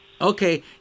Okay